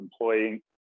employee